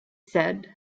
said